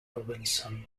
robinson